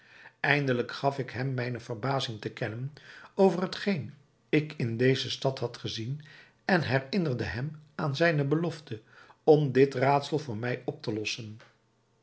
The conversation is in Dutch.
eindelijk gaf ik hem mijne verbazing te kennen over hetgeen ik in deze stad had gezien en herinnerde hem aan zijne belofte om dit raadsel voor mij op te lossen